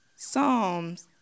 Psalms